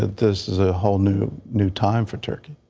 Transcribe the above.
this is a whole new new time for turkey.